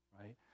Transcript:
right